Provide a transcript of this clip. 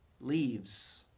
leaves